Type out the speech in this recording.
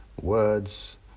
words